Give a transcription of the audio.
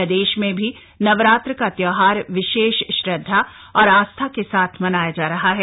प्रदेश में भी नवरात्र का त्योहार विशेष श्रद्धा और आस्था के साथ मनाया जा रहा है